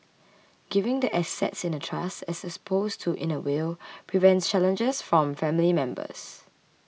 giving the assets in a trust as opposed to in a will prevents challenges from family members